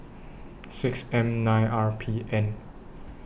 six M nine R P N